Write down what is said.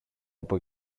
από